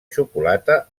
xocolata